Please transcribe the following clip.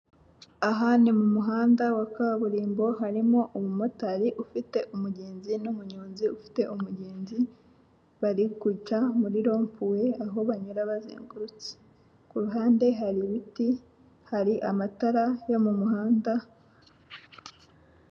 Aha ni mu muhanda wa kaburimbo, harimo umumotari ufite umugenzi, n'umunyonzi ufite umugenzi, bari guca muri rompuwe, aho banyura bazangurutse. Ku ruhande hari ibiti, hari amatara yo mu muhanda.